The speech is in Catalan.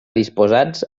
disposats